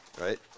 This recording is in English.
right